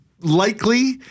likely